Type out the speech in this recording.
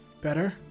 better